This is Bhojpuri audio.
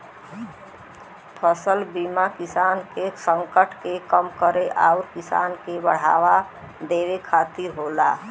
फसल बीमा किसान के संकट के कम करे आउर किसान के बढ़ावा देवे खातिर होला